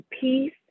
peace